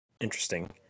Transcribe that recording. Interesting